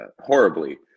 horribly